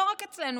לא רק אצלנו,